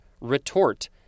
retort